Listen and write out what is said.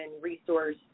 resource